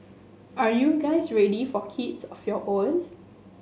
are you guys ready for kids of your own